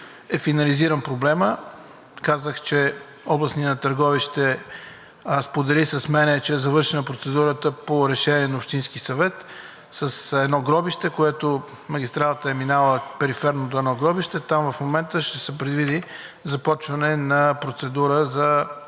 е финализиран. Казах, че областният управител на Търговище сподели с мен, че е завършена процедурата по решение на Общинския съвет с едно гробище, магистралата минава периферно до едно гробище. Там в момента ще се предвиди започване на процедура за